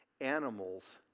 animals